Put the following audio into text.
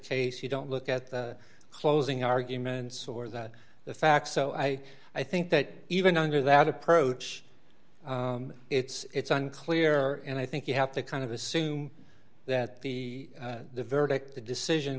case you don't look at the closing arguments or that the facts so i i think that even under that approach it's unclear and i think you have to kind of assume that the the verdict the decision